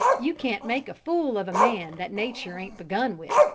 you can't make a fool of a man that nature ain't begun with,